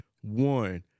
One